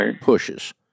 pushes